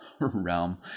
realm